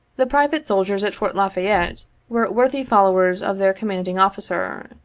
the private soldiers at fort la fayette were worthy followers of their commanding officer.